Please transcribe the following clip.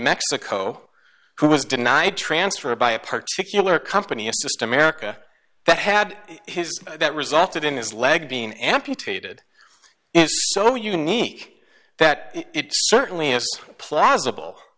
mexico who was denied transfer by a particular company is just america that had his that resulted in his leg being amputated so unique that it certainly is plausible